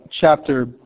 chapter